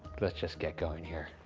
let's just get going here.